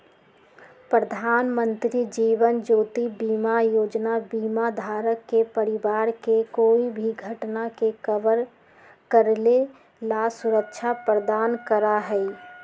प्रधानमंत्री जीवन ज्योति बीमा योजना बीमा धारक के परिवार के कोई भी घटना के कवर करे ला सुरक्षा प्रदान करा हई